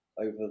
over